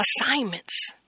Assignments